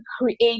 create